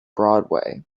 broadway